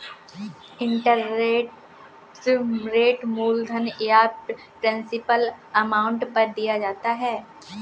interest rate मूलधन या principal amount पर दिया जाता है